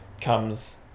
comes